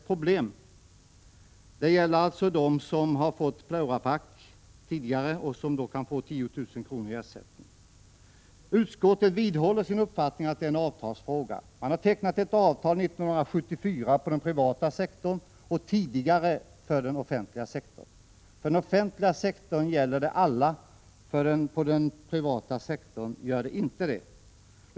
Problemet gäller dem som fått pleuraplack och som kan få 10 000 kr. i ersättning. Utskottet vidhåller sin uppfattning att detta är en avtalsfråga. Avtal tecknades 1974 på den privata sektorn och det skedde redan tidigare på den offentliga sektorn. Avtalet för den offentliga sektorn gäller alla, men på den privata sektorn gör det inte det.